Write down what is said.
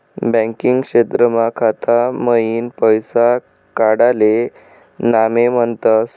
banking क्षेत्रमा खाता मईन पैसा काडाले नामे म्हनतस